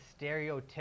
stereotypical